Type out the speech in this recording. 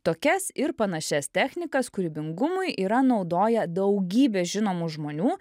tokias ir panašias technikas kūrybingumui yra naudoję daugybė žinomų žmonių